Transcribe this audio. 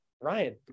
Ryan